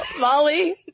Molly